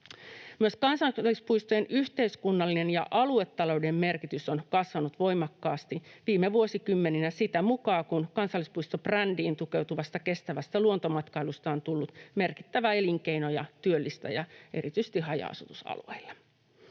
Myös kansallispuistojen yhteiskunnallinen ja aluetaloudellinen merkitys on kasvanut voimakkaasti viime vuosikymmeninä sitä mukaa kuin kansallispuistobrändiin tukeutuvasta kestävästä luontomatkailusta on tullut merkittävä elinkeino ja työllistäjä erityisesti haja-asutusalueilla.